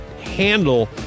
handle